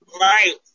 Right